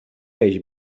peix